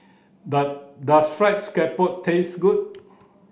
does dose fried scallop taste good